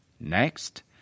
Next